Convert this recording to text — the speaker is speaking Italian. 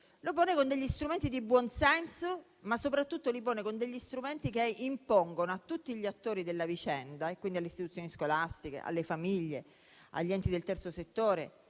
Lo pone con degli strumenti di buon senso, ma soprattutto con degli strumenti che impongono a tutti gli attori della vicenda (alle istituzioni scolastiche, alle famiglie, agli enti del terzo settore